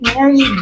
Mary